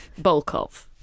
Bolkov